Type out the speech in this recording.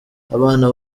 abana